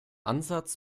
ansatz